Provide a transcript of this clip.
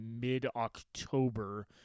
mid-october